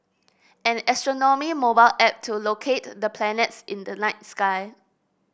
an astronomy mobile app to locate the planets in the night sky